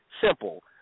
Simple